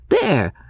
There